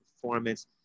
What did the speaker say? performance